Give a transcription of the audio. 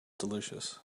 delicious